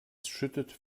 schüttet